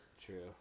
True